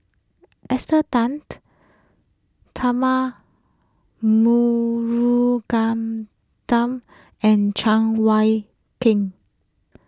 Esther Tan Tharman and Cheng Wai